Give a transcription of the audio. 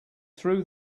threw